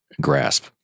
grasp